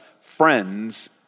friends